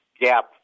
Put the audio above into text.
gap